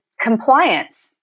Compliance